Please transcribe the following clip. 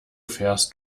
fährst